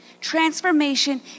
Transformation